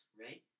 right